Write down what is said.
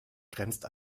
grenzt